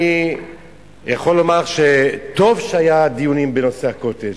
אני יכול לומר שטוב שהיו דיונים בנושא ה"קוטג'",